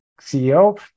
CEO